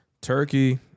Turkey